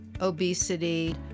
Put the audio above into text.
obesity